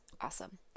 awesome